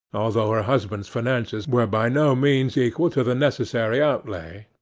although her husband's finances were by no means equal to the necessary outlay.